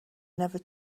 never